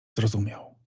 zrozumiał